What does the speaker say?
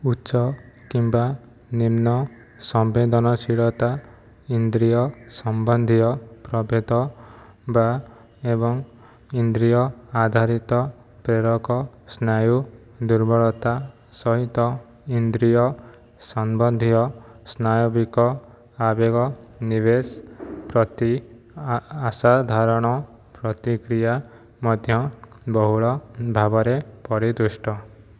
ଉଚ୍ଚ କିମ୍ବା ନିମ୍ନ ସମ୍ବେଦନଶୀଳତା ଇନ୍ଦ୍ରୀୟ ସମ୍ବନ୍ଧୀୟ ପ୍ରଭେଦ ବା ଏବଂ ଇନ୍ଦ୍ରୀୟ ଆଧାରିତ ପ୍ରେରକ ସ୍ନାୟୁ ଦୁର୍ବଳତା ସହିତ ଇନ୍ଦ୍ରୀୟ ସମ୍ବନ୍ଧୀୟ ସ୍ନାୟବିକ ଆବେଗ ନିବେଶ ପ୍ରତି ଅସାଧରଣ ପ୍ରତିକ୍ରିୟା ମଧ୍ୟ ବହୁଳ ଭାବରେ ପରିଦୃଷ୍ଟ